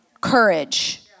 Courage